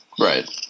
Right